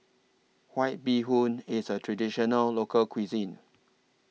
White Bee Hoon IS A Traditional Local Cuisine